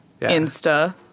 Insta